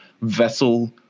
vessel